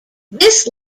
this